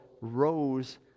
rose